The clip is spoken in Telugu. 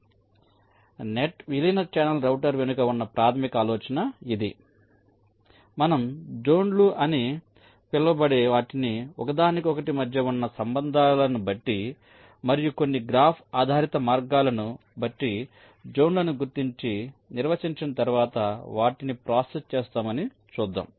కాబట్టి నెట్ విలీన ఛానల్ రౌటర్ వెనుక ఉన్న ప్రాథమిక ఆలోచన ఇది మనం జోన్లు అని పిలవబడే వాటిని ఒకదానికొకటి మధ్య ఉన్న సంబంధాలను బట్టి మరియు కొన్ని గ్రాఫ్ ఆధారిత మార్గాలను బట్టి జోన్లను గుర్తించి నిర్వచించిన తర్వాత వాటినిప్రాసెస్ చేస్తామని చూద్దాం